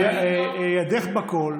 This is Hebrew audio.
ידך בכול,